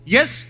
Yes